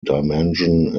dimension